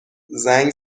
زنگ